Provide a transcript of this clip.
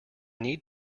need